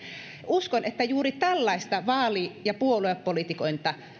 uskon että juuri tällaista vaali ja puoluepolitikointia